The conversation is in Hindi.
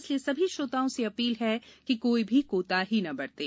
इसलिए सभी श्रोताओं से अपील है कि कोई भी कोताही न बरतें